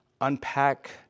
unpack